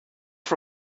for